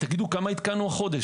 כמה התקנו החודש?